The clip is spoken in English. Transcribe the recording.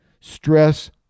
Stress